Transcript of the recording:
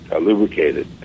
lubricated